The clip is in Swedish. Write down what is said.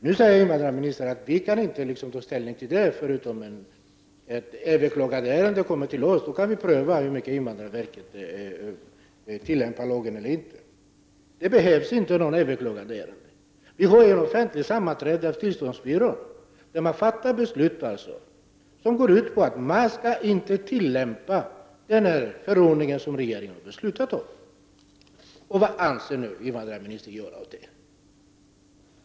Nu säger invandrarministern att regeringen inte kan ta ställning till detta förrän ett överklagandeärende har kommit till regeringen. Då kan regeringen pröva i vilken utsträckning invandrarverket tillämpar lagen. Men det behövs inte något överklagandeärende. Tillståndsbyrån har offentliga sammanträden. Där fattas beslut som går ut på att den förordning som regeringen har fattat beslut om inte skall tillämpas. Vad avser invandrarministern att göra åt detta?